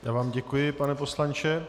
Já vám děkuji, pane poslanče.